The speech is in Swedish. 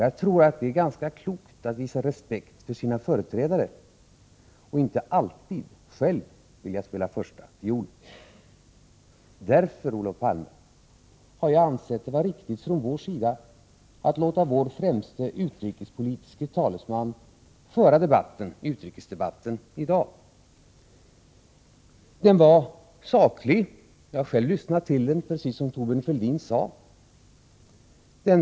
Jag tror att det är ganska klokt att visa respekt för sina ställföreträdare och inte alltid själv vilja spela första fiolen. Därför, Olof Palme, har jag ansett det vara riktigt att låta vår främste utrikespolitiske talesman föra vårt partis talan i dagens utrikesdebatt. Debatten var saklig — jag har själv lyssnat till den — precis som Thorbjörn Fälldin sade.